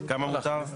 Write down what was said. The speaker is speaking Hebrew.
כמה מותר?